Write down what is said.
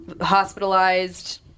hospitalized